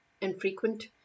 infrequent